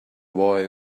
boy